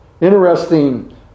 Interesting